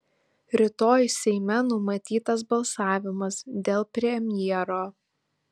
rytoj seime numatytas balsavimas dėl premjero